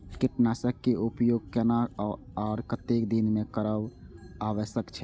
कीटनाशक के उपयोग केना आर कतेक दिन में करब आवश्यक छै?